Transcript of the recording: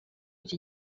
iki